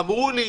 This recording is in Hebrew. אמרו לי,